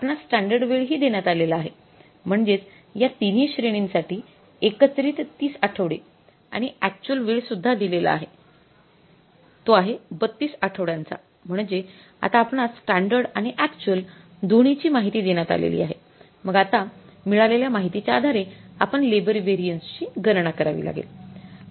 आपणास स्टॅंडर्ड वेळ हि देण्यात आलेला आहे म्हणजेच या तिन्ही श्रेणींसाठी एकत्रित ३० आठवडे आणि अक्चुअल वेळ सुध्दा दिलेला आहे आणि तो आहे ३२ आठवड्यांचा म्हणजे आता आपणास स्टॅंडर्ड आणि अक्चुअल दोन्हीची माहिती देण्यात आलेली आहे मग आता मिळालेल्या माहितीच्या आधारे आपण लेबर व्हेरिएन्स ची गणना करावी लागेल